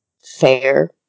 fair